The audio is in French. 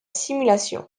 simulation